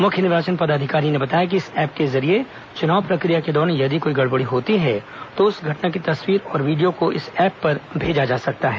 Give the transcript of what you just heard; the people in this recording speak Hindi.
मुख्य निर्वाचन पदाधिकारी ने बताया कि इस ऐप के जरिए चुनाव प्रक्रिया के दौरान यदि कोई गड़बड़ी होती है तो उस घटना तस्वीर और वीडियो को इस ऐप पर भेजा जा सकता है